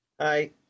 Hi